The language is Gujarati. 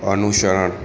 અનુસરણ